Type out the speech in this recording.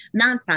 nonprofit